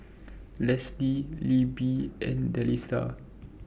Leslee Libbie and Delisa